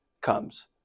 comes